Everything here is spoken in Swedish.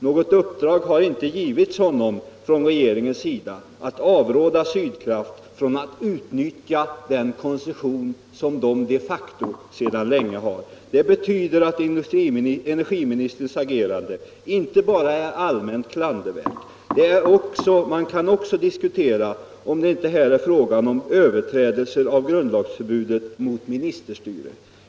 Något uppdrag har inte givits honom av regeringen att avråda Sydkraft från att utnyttja den koncession som Sydkraft de facto sedan länge har. Detta betyder att energiministerns agerande inte bara är allmänt klandervärt. Man kan också diskutera om det inte här är fråga om överträdelse av grundlagsförbudet mot ministerstyre.